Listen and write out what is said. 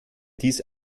dies